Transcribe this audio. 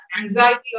anxiety